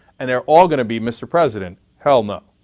and they're all going to be, mr. president, hell no